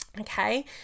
okay